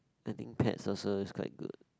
I think pets also is quite good